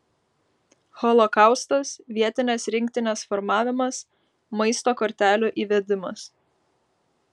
holokaustas vietinės rinktinės formavimas maisto kortelių įvedimas